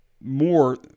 more